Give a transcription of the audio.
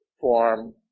form